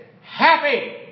happy